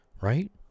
right